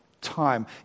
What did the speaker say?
time